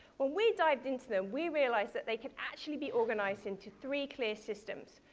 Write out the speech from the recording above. when we dived into them, we realized that they could actually be organized into three clear systems.